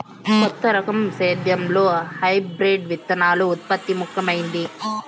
కొత్త రకం సేద్యంలో హైబ్రిడ్ విత్తనాల ఉత్పత్తి ముఖమైంది